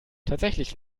tatsächlich